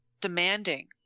demanding